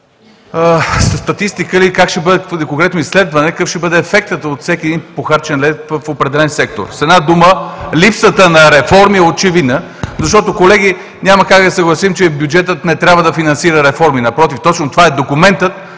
статистика или конкретно изследване какъв ще бъде ефектът от всеки един похарчен лев в определен сектор. С една дума – липсата на реформи е очевидна, защото, колеги, няма как да се съгласим, че бюджетът не трябва да финансира реформи. Напротив, точно това е документът,